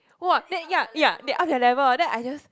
!wah! then ya ya they ask their level orh then I just